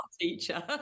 teacher